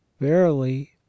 Verily